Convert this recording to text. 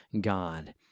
God